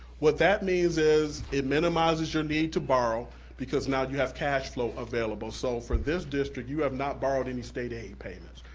what that means is it minimizes your need to borrow because now you have cash flow available. so for this district, you have not borrowed any state aid payments.